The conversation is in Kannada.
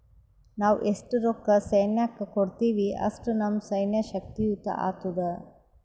ನಾವ್ ಎಸ್ಟ್ ರೊಕ್ಕಾ ಸೈನ್ಯಕ್ಕ ಕೊಡ್ತೀವಿ, ಅಷ್ಟ ನಮ್ ಸೈನ್ಯ ಶಕ್ತಿಯುತ ಆತ್ತುದ್